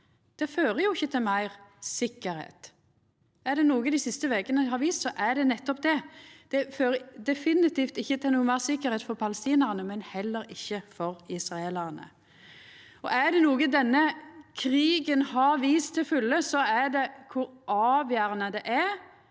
– fører jo ikkje til meir sikkerheit. Er det noko dei siste vekene har vist, er det nettopp det, at det fører definitivt ikkje til meir sikkerheit for palestinarane, men heller ikkje for israelarane. Er det noko denne krigen har vist til fulle, er det kor avgjerande det er